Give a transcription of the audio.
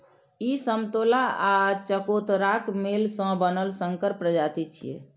ई समतोला आ चकोतराक मेल सं बनल संकर प्रजाति छियै